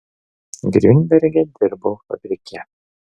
griunberge dirbau fabrike